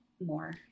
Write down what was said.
more